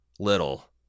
little